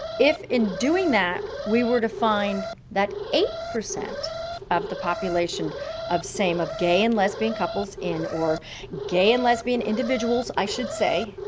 if in doing that we were to find that eight percent of the population of same of gay and lesbian couples in or gay and lesbian individuals, i should say,